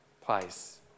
place